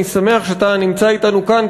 אני שמח שאתה נמצא אתנו כאן,